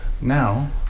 now